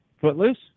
Footloose